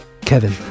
Kevin